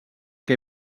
que